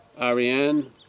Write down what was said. Ariane